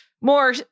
more